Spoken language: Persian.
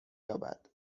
یابد